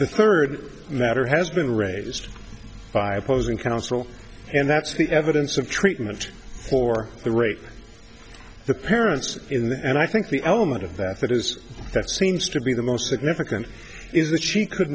the third matter has been raised by opposing counsel and that's the evidence of treatment for the rape the parents and i think the element of that that is that seems to be the most significant is that she could